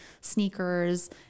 sneakers